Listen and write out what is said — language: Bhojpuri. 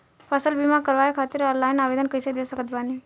फसल बीमा करवाए खातिर ऑनलाइन आवेदन कइसे दे सकत बानी?